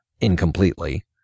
incompletely